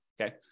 Okay